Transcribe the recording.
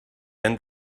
end